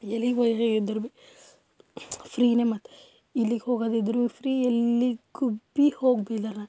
ಎಲಿಗೋಯ ಎಂದರೆ ಭೀ ಫ್ರೀಯೇ ಮತ್ತು ಇಲ್ಲಿಗೆ ಹೋಗೋದಿದ್ರೂ ಫ್ರೀ ಎಲ್ಲಿಗೆ ಭೀ ಹೋಗ ಭೀ ಇದರದಾಗ